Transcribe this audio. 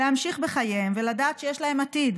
להמשיך בחייהם ולדעת שיש להם עתיד,